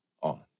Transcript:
on